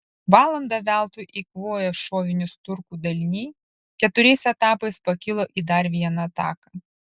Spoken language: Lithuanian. valandą veltui eikvoję šovinius turkų daliniai keturiais etapais pakilo į dar vieną ataką